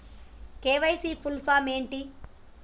KYC full form ఏంటి?